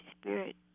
Spirit